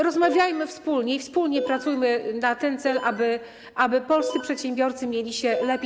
Rozmawiajmy wspólnie i wspólnie pracujmy na ten cel, aby polscy przedsiębiorcy mieli się lepiej.